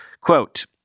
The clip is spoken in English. quote